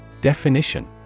Definition